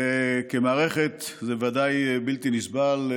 וכמערכת זה ודאי בלתי נסבל,